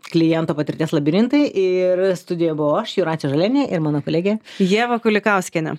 kliento patirties labirintai ir studijoj buvau aš jūratė žalienė ir mano kolegė ieva kulikauskienė